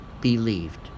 believed